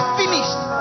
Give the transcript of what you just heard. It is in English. finished